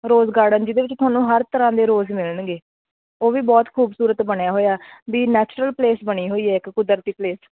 ਰੋਜ਼ garden ਜਿਹਦੇ ਵਿੱਚ ਤੁਹਾਨੂੰ ਹਰ ਤਰ੍ਹਾਂ ਦੇ ਰੋਜ਼ ਮਿਲਣਗੇ ਉਹ ਵੀ ਬਹੁਤ ਖੂਬਸੂਰਤ ਬਣਿਆ ਹੋਇਆ ਵੀ ਨੈਚੁਰਲ ਪਲੇਸ ਬਣੀ ਹੋਈ ਹੈ ਇੱਕ ਕੁਦਰਤੀ ਪਲੇਸ